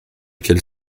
qu’elle